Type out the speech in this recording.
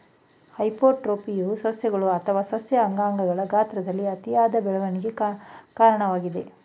ಹೈಪರ್ಟ್ರೋಫಿಯು ಸಸ್ಯಗಳು ಅಥವಾ ಸಸ್ಯ ಅಂಗಗಳ ಗಾತ್ರದಲ್ಲಿ ಅತಿಯಾದ ಬೆಳವಣಿಗೆಗೆ ಕಾರಣವಾಗ್ತದೆ